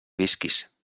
visquis